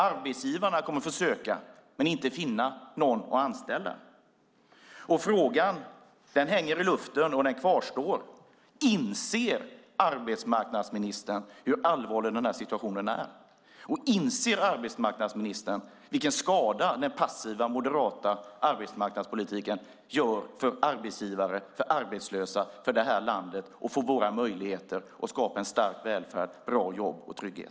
Arbetsgivarna kommer att få söka men inte finna någon att anställa. Frågan hänger i luften, och den kvarstår: Inser arbetsmarknadsministern hur allvarlig situationen är? Inser arbetsmarknadsministern vilken skada den passiva moderata arbetsmarknadspolitiken gör för arbetsgivare, för arbetslösa, för det här landet och för våra möjligheter att skapa en stark välfärd, bra jobb och trygghet?